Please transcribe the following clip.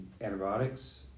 antibiotics